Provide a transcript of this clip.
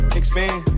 expand